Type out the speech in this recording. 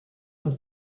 und